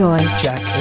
Jack